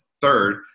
third